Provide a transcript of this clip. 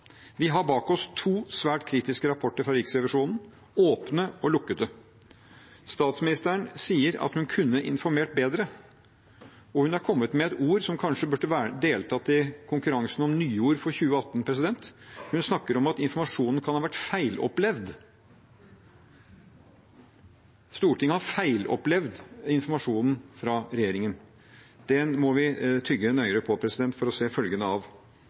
Vi har bak oss to svært kritiske rapporter fra Riksrevisjonen, og åpne og lukkede høringer. Statsministeren sier at hun kunne informert bedre, og hun har kommet med et ord som kanskje burde deltatt i konkurransen om nyord for 2018: Hun snakker om at informasjonen kan ha vært «feilopplevd» – Stortinget har feilopplevd informasjonen fra regjeringen. Den må vi tygge nøyere på for å se følgene av.